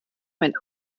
mein